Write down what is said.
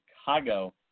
Chicago